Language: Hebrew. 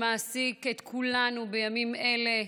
שמעסיק את כולנו בימים אלה,